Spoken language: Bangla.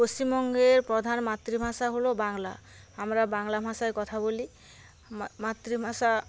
পশ্চিমবঙ্গের প্রধান মাতৃভাষা হল বাংলা আমরা বাংলা ভাষায় কথা বলি মা মাতৃভাষা